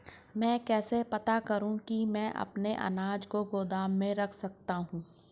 मैं कैसे पता करूँ कि मैं अपने अनाज को गोदाम में रख सकता हूँ?